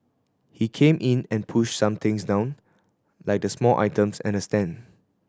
he came in and pushed some things down like the small items and a stand